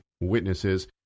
witnesses